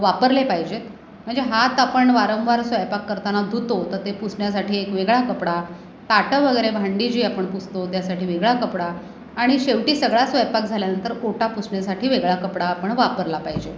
वापरले पाहिजेत म्हणजे हात आपण वारंवार स्वयंपाक करताना धुतो तर ते पुसण्यासाठी एक वेगळा कपडा ताटं वगैरे भांडी जी आपण पुसतो त्यासाठी वेगळा कपडा आणि शेवटी सगळा स्वयंपाक झाल्यानंतर ओटा पुसण्यासाठी वेगळा कपडा आपण वापरला पाहिजे